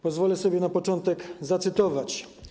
Pozwolę sobie na początek zacytować.